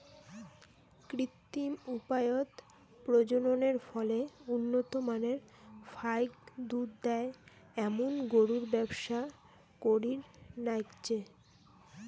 কৃত্রিম উপায়ত প্রজননের ফলে উন্নত মানের ফাইক দুধ দেয় এ্যামুন গরুর ব্যবসা করির নাইগচে